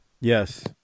Yes